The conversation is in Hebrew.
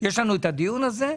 יש לנו הדיון הזה.